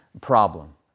problem